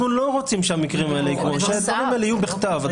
אנחנו לא רוצים שהמקרים האלה יקרו אלא שהם יהיו בכתב.